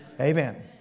Amen